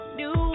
new